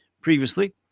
Previously